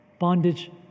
bondage